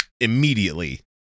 immediately